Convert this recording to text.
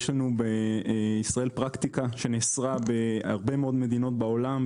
יש בישראל פרקטיקה שנאסרה בהרבה מאוד מדינות בעולם,